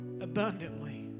abundantly